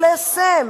ליישם.